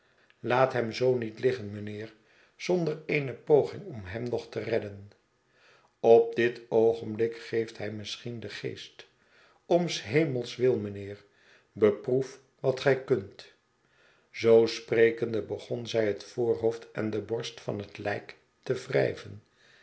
laat hem zoo niet liggen mynheer zonder eene poging om hem nog te redden op dit oogenblik geeft hij misschien den geest om s hemels wil mijnheerl beproef wat gij kunt zoo sprekende begon zij het voorhoofd en de borst van het lijk te wrijven